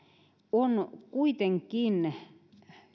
on kuitenkin